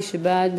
מי שבעד,